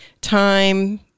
time